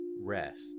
rest